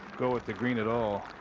go with the green at all.